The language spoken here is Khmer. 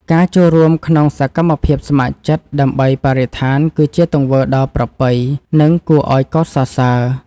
ការចូលរួមក្នុងសកម្មភាពស្ម័គ្រចិត្តដើម្បីបរិស្ថាន គឺជាទង្វើដ៏ប្រពៃ និងគួរឱ្យកោតសរសើរ។